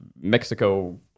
Mexico